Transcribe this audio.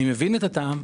אני מבין את הטעם,